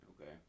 Okay